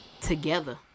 together